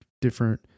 different